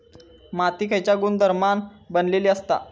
माती खयच्या गुणधर्मान बनलेली असता?